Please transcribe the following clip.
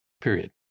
period